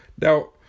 Now